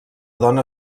dona